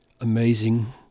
amazing